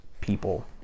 people